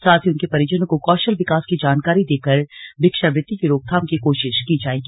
साथ ही उनके परिजनों को कौशल विकास की जानकारी देकर भिक्षावृत्ति की रोकथाम की कोशिश की जाएगी